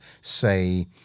say